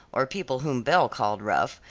or people whom belle called rough,